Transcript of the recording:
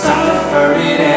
Suffering